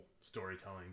storytelling